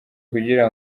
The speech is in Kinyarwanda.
kugira